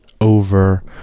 over